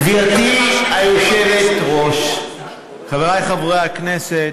גברתי היושבת-ראש, חברי חברי הכנסת,